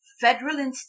Federal